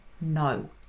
no